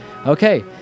Okay